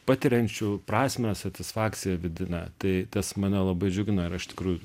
patiriančių prasmę satisfakciją vidinę tai tas mane labai džiugina ir aš iš tikrųjų